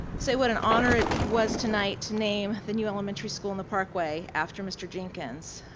say what an honor it was tonight to name the new elementary school on the parkway after mr. jenkins.